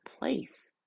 place